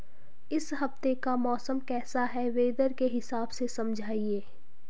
इस हफ्ते का मौसम कैसा है वेदर के हिसाब से समझाइए?